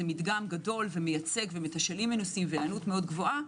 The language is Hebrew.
זה מדגם גדול ומייצג ומתשאלים מנוסים והיענות מאוד גבוהה.